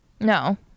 No